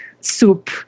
soup